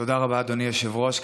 תודה רבה, אדוני היושב-ראש.